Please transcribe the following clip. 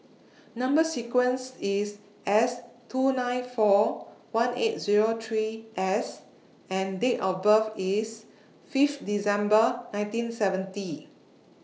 Number sequence IS S two nine four one eight Zero three S and Date of birth IS Fifth December nineteen seventy